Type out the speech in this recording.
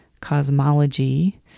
cosmology